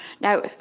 Now